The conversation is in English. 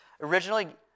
Originally